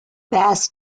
basque